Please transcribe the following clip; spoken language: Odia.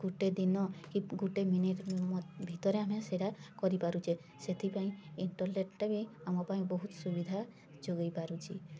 ଗୋଟେ ଦିନ କି ଗୋଟେ ମିନିଟ୍ ଭିତରେ ଆମେ ସେଇଟା କରିପାରୁଛେ ସେଥିପାଇଁ ଇଣ୍ଟରନେଟଟା ବି ଆମ ପାଇଁ ବହୁତ ସୁବିଧା ଯୋଗାଇ ପାରୁଛି